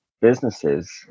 businesses